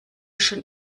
schon